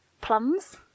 plums